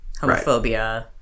homophobia